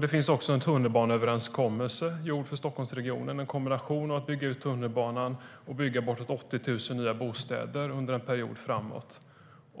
Det finns en tunnelbaneöverenskommelse för Stockholmsregionen. Det handlar om en kombination av att bygga ut tunnelbanan och att bygga bortåt 80 000 nya bostäder under en period framåt.